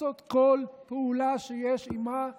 לעשות כל פעולה שיש עימה קידום,